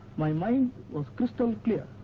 my mind was crystal clear.